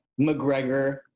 McGregor